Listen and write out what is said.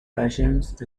patience